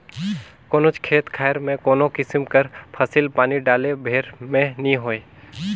कोनोच खेत खाएर में कोनो किसिम कर फसिल पानी डाले भेर में नी होए